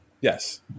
Yes